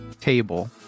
table